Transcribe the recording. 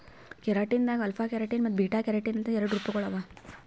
keratin ದಾಗ್ alpha keratin ಮತ್ತ್ beta keratin ಅಂತ್ ಎರಡು ರೂಪಗೊಳ್ ಅವಾ